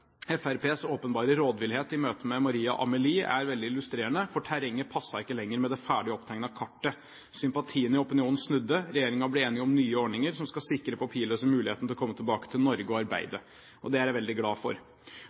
Fremskrittspartiets åpenbare rådvillhet i møte med Maria Amelie er veldig illustrerende, for terrenget passet ikke lenger med det ferdig opptegnede kartet. Sympatiene i opinionen snudde, og regjeringen ble enig om nye ordninger som skal sikre papirløse muligheten til å komme tilbake til Norge for å arbeide. Det er jeg veldig glad for.